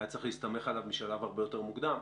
להסתמך עליו משלב הרבה יותר מוקדם.